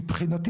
מבחינתי,